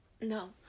No